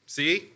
See